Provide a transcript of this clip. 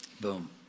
Boom